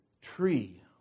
tree